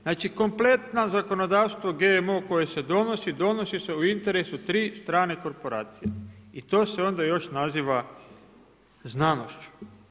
Znači kompletno zakonodavstvo GMO koje se donosi, donosi se u interesu 3 strane korporacije i to se onda još naziva znanošću.